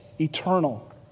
eternal